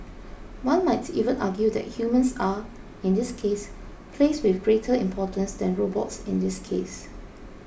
one might even argue that humans are in this case placed with greater importance than robots in this case